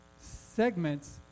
segments